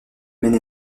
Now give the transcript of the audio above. maine